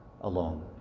alone